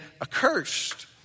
accursed